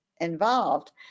involved